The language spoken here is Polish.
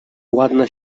ładna